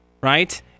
right